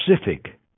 specific